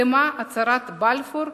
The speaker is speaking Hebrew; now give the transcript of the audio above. נחתמה הצהרת בלפור,